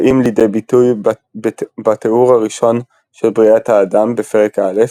באים לידי ביטוי בתיאור הראשון של בריאת האדם בפרק א'